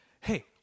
hey